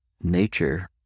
nature